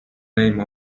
name